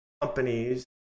companies